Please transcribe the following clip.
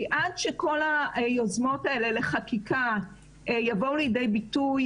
כי עד שכל היוזמות האלה לחקיקה יבואו לידי ביטוי,